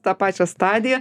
tą pačią stadiją